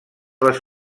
les